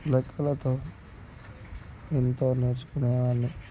లెక్కలతో ఎంతో నేర్చుకునే వాడిని